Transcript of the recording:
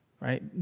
right